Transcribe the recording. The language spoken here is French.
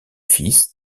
fils